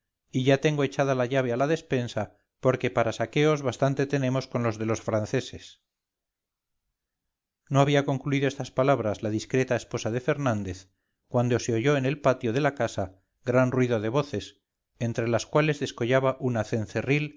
y ya tengo echada la llave a la despensa porque para saqueos bastante tenemos con los de los franceses no había concluido estas palabras la discreta esposa de fernández cuando se oyó en el patio de la casa gran ruido de voces entre lascuales descollaba una